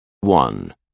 One